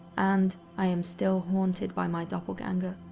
and, i am still haunted by my doppelganger.